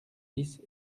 dix